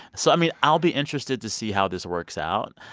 so i mean, i'll be interested to see how this works out.